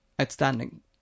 Outstanding